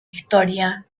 historia